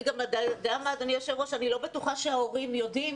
אדוני היושב-ראש, אני לא בטוחה שההורים יודעים